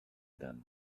them